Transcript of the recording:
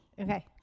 okay